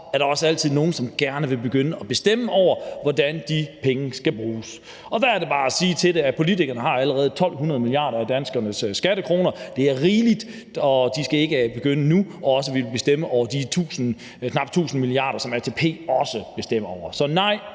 er der også altid nogle, som gerne vil begynde at bestemme, hvordan de penge skal bruges. Og til det er der bare at sige, at politikerne allerede har 1.200 milliarder af danskernes skattekroner. Det er rigeligt, og de skal ikke nu begynde også at ville bestemme over de knap 1.000 mia. kr., som ATP bestemmer over. Så nej,